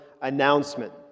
announcement